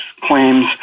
claims